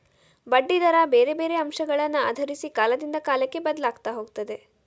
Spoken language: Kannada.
ಬಡ್ಡಿ ದರ ಬೇರೆ ಬೇರೆ ಅಂಶಗಳನ್ನ ಆಧರಿಸಿ ಕಾಲದಿಂದ ಕಾಲಕ್ಕೆ ಬದ್ಲಾಗ್ತಾ ಹೋಗ್ತದೆ